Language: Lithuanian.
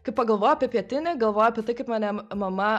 kai pagalvoju apie pietinį galvoju apie tai kaip mane mama